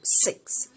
six